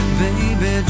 baby